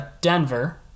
Denver